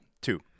two